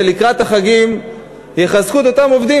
ולקראת החגים יחזקו את אותם עובדים,